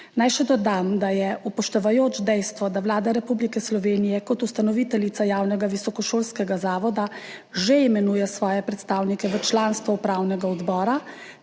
Naj še dodam, da je, upoštevajoč dejstvo, da Vlada Republike Slovenije kot ustanoviteljica javnega visokošolskega zavoda že imenuje svoje predstavnike v članstvo upravnega odbora